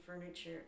furniture